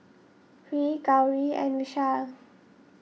Hri Gauri and Vishal